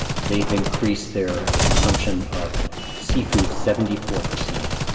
they've increased their consumption of seafood seventy four percent.